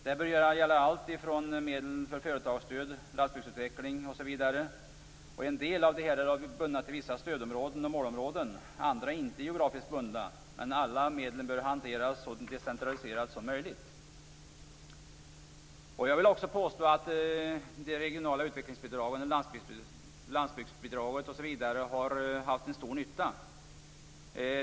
Detta bör gälla allt ifrån medel för företagsstöd, landsbygdsutveckling osv. En del av dessa är bundna till vissa stödområden och målområden, andra är inte geografiskt bundna. Men alla medlen bör hanteras så decentraliserat som möjligt. Jag vill också påstå att de regionala utvecklingsbidragen, landsbygdsbidraget osv., har varit till stor nytta.